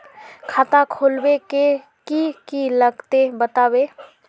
खाता खोलवे के की की लगते बतावे?